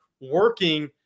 working